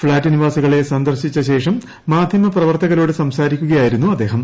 flat നിവാസികളെ സന്ദർശിച്ച ശേഷം മാധ്യമ പ്രവർത്തകരോട് സംസാരിക്കുകയായിരുന്നു അദ്ദേഹം